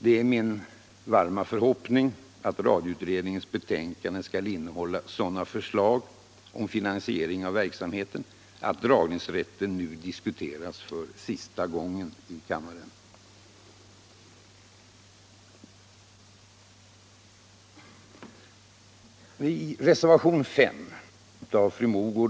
Det är min varma förhoppning att radioutredningens betänkande skall innehålla sådana förslag om finansiering av verksamheten att dragningsrätten nu diskuteras för sista gången i kammaren.